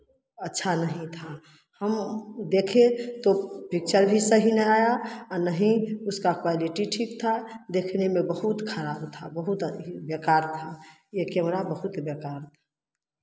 अच्छा नहीं था हम देखे तो पिक्चर भी सही नहीं आया और ना ही उसका क्वालिटी ठीक था देखने में बहुत खराब था बहुत बेकार था ये कैमरा बहुत ही बेकार